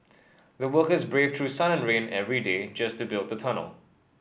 the workers braved through sun and rain every day just to build the tunnel